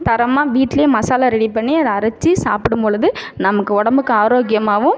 தரமாக வீட்டில் மசாலா ரெடி பண்ணி அதை அரைச்சி சாப்பிடும்பொழுது நமக்கு உடம்புக்கு ஆரோக்கியமாகவும்